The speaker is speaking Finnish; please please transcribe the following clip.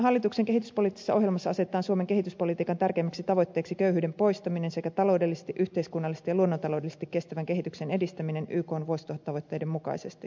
hallituksen kehityspoliittisessa ohjelmassa asetetaan suomen kehityspolitiikan tärkeimmäksi tavoitteeksi köyhyyden poistaminen sekä taloudellisesti yhteiskunnallisesti ja luonnontaloudellisesti kestävän kehityksen edistäminen ykn vuosituhattavoitteiden mukaisesti